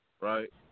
Right